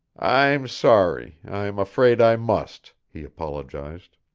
i'm sorry i'm afraid i must, he apologized.